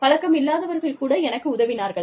பழக்கம் இல்லாதவர்கள் கூட எனக்கு உதவினார்கள்